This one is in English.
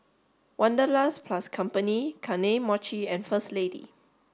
Wanderlust plus Company Kane Mochi and First Lady